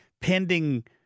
pending